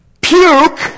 Puke